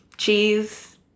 Cheese